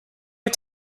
are